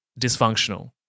dysfunctional